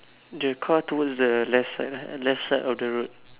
the car towards the left side ah left side of the road